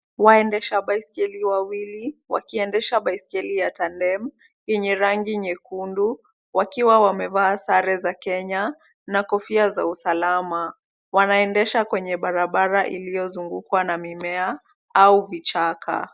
Waendesha baiskeli wawili, wakiendesha baiskeli ya Tandem yenye rangi nyekundu, wakiwa wamevaa sare za Kenya na kofia za usalama. Wanaendesha kwenye barabara iliyozungukwa na mimea au vichaka.